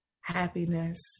happiness